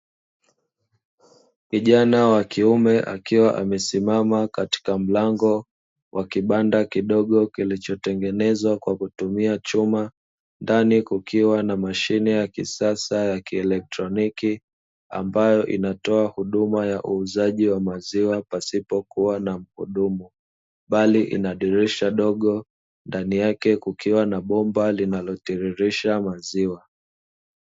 Kijana wakiume akiwa amesimama katika mlango wa kibanda kidogo kilichotengenezwa kwa kutumia chuma ndani kukiwa na mashine ya kisasa cha kieletroniki ambayo inatoa huduma ya uuzaji wa maziwa pasipo kuwa na muhudumu bali ina dirisha dogo ndani yake kukiwa na bomba linalotirirsha maziwa.